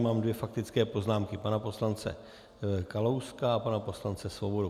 Mám dvě faktické poznámky pana poslance Kalouska a pana poslance Svobody.